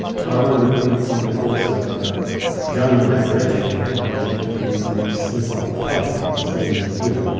but i wonder if in the course of going in that direction, we haven't let a few things slip off the plate that we still need to do.